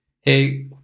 Hey